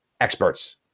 experts